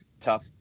tough